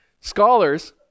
scholars